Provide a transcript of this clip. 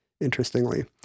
interestingly